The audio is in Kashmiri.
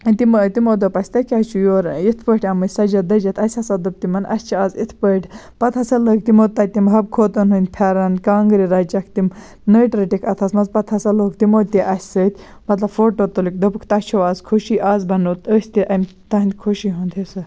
تِمہٕ تِمَو دوٚپ اَسہِ تُہۍ کیٛازِ چھُو یور یِتھ پٲٹھۍ آمٕتۍ سٔجِتھ دٔجِتھ اَسہِ ہسا دوٚپ تِمَن اَسہِ چھِ آز یِتھ پٲٹھۍ پَتہٕ ہسا لٲگۍ تِمَو تَتہِ تِم حَبہٕ خوتوٗنٕنۍ پھٮ۪رَن کانٛگرِ رَچَکھ تِم نٔٹۍ رٔٹِکۍ اَتھَس منٛز پَتہٕ ہسا لوگ تِمَو تہِ اَسہِ سۭتۍ مطلب فوٹو تُلِکھ دوٚپُک تۄہہِ چھَو آز خوشی آز بَنو أسۍ تہِ اَمۍ تُہٕنٛدِ خوشی ہُنٛد حصہٕ